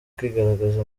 kwigaragaza